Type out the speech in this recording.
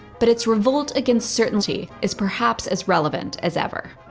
but it's revolt against certainty is perhaps as relevant as ever.